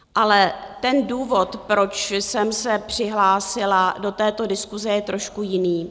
Ale důvod, proč jsem se přihlásila do této diskuse, je trošku jiný.